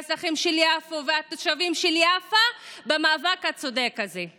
האזרחים של יפו והתושבים של יאפא במאבק הצודק הזה.